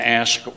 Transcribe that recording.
ask